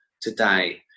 today